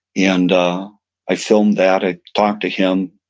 and i filmed that. i talked to him.